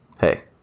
Hey